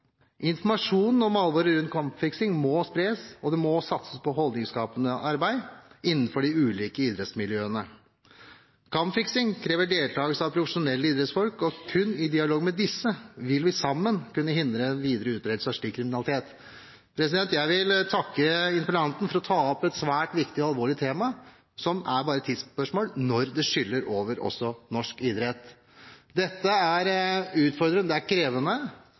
Informasjon om alvoret rundt kampfiksing må spres, og det må satses på holdningsskapende arbeid innenfor de ulike idrettsmiljøene. Kampfiksing krever deltakelse av profesjonelle idrettsfolk, og kun i dialog med disse vil vi sammen kunne hindre en videre utbredelse av slik kriminalitet. Jeg vil takke interpellanten for å ha tatt opp et svært viktig og alvorlig tema, hvor det bare er et tidsspørsmål før det skyller over også norsk idrett. Dette er utfordrende, det er krevende,